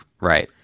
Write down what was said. Right